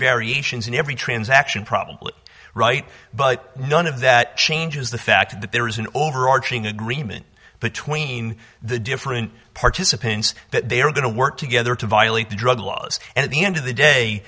variations in every transaction probably right but none of that changes the fact that there is an overarching agreement between the different participants that they are going to work together to violate the drug laws and at the end of the day